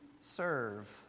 serve